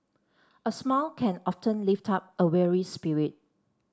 a smile can often lift up a weary spirit